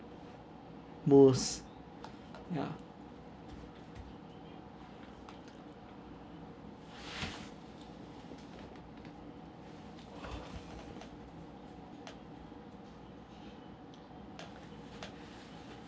most ya